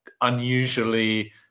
unusually